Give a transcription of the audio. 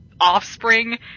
offspring